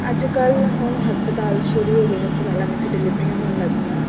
ਅੱਜ ਕੱਲ੍ਹ ਹੁਣ ਹਸਪਤਾਲ ਸ਼ੁਰੂ ਹੋ ਗਏ ਹਸਪਤਾਲਾਂ ਵਿੱਚ ਡਿਲੀਵਰੀਆਂ ਹੋਣ ਲੱਗ ਗਈਆਂ